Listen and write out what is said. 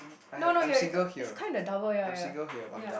no no you're it's kinda double ya ya ya